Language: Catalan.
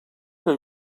que